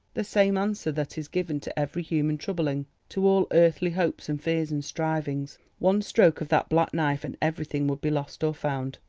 the same answer that is given to every human troubling, to all earthly hopes and fears and strivings. one stroke of that black knife and everything would be lost or found.